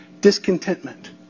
discontentment